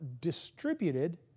distributed